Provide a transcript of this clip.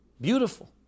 Beautiful